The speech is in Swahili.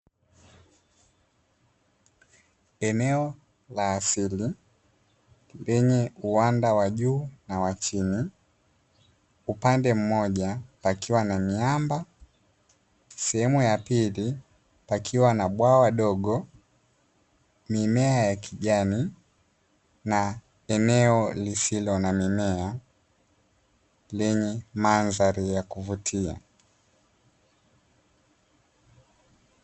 Eneo la asili lenye uwanda wa juu na wa chini, upande mmoja pakiwa na miamba sehemu ya pili pakiwa na bwawa dogo, mimea ya kijani na eneo lisilo na mimea lenye mandhari ya kuvutia.